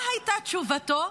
מה הייתה תשובתו?